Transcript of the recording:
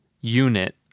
unit